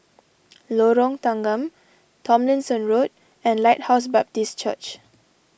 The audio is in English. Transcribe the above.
Lorong Tanggam Tomlinson Road and Lighthouse Baptist Church